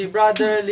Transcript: Brother